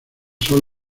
sol